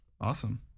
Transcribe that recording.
Awesome